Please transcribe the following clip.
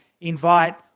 invite